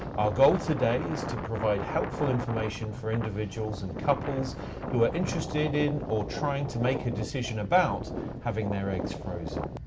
our goal today is to provide helpful information for individuals and couples who are interested in or trying to make a decision about having their eggs frozen.